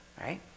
right